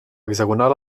hexagonal